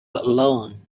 alone